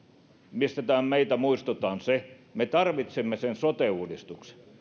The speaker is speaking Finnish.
mistä täällä meitä muistutan on se että me tarvitsemme sen sote uudistuksen